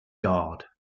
guard